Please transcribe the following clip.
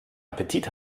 appetit